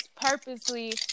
purposely